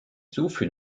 souffle